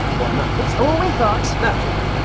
one match? it's all we've got. naturally.